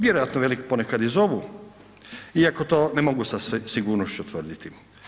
Vjerojatno veli ponekad i zovu iako to ne mogu sa sigurnošću tvrditi.